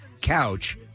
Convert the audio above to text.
couch